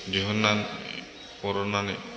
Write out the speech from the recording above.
बिहरनान बरननानै